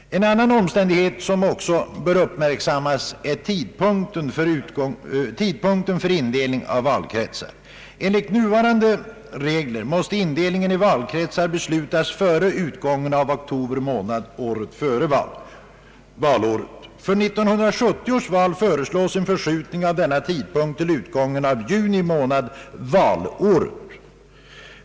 En annan omständighet som också bör uppmärksammas är tidpunkten för fastställandet av valkretsindelningen. Enligt nuvarande regler måste indelningen i valkretsar beslutas före utgången av oktober månad året före valåret. För 1970 års val föreslås en förskjutning av denna tidpunkt till utgången av juni månad valåret.